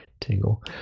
Tingle